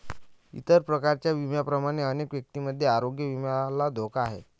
इतर प्रकारच्या विम्यांप्रमाणेच अनेक व्यक्तींमध्ये आरोग्य विम्याला धोका आहे